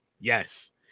Yes